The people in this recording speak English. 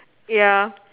ya